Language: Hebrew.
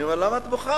אני שואל: למה את בוכה?